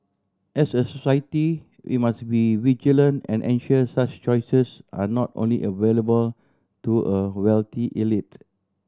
as a society we must be vigilant and ensure such choices are not only available to a wealthy elite